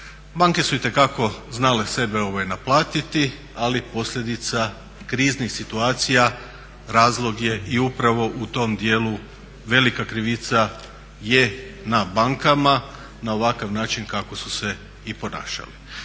Banke su itekako znale sebe naplatiti, ali posljedica kriznih situacija razlog je i upravo u tom dijelu velika krivica je na bankama na ovakav način kako su se i ponašali.